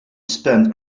spend